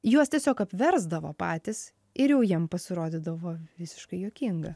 juos tiesiog apversdavo patys ir jau jiem pasirodydavo visiškai juokinga